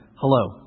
Hello